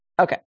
Okay